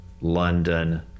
london